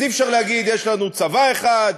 אז אי-אפשר לומר: יש לנו צבא אחד,